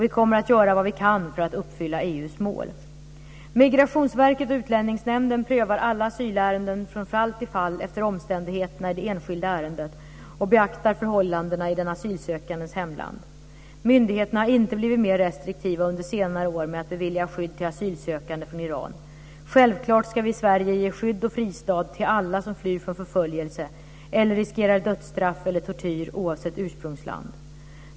Vi kommer att göra vad vi kan för att uppfylla Migrationsverket och Utlänningsnämnden prövar alla asylärenden från fall till fall efter omständigheterna i det enskilda ärendet och beaktar förhållandena i den asylsökandes hemland. Myndigheterna har inte blivit mer restriktiva under senare år med att bevilja skydd till asylsökande från Iran. Självklart ska vi i Sverige ge skydd och fristad till alla som flyr från förföljelse eller riskerar dödsstraff eller tortyr oavsett ursprungsland.